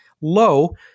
low